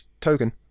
token